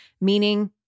meaning